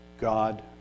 God